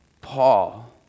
Paul